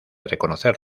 reconocer